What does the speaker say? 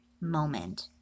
moment